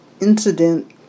incident